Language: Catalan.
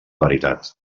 veritat